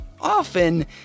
often